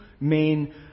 main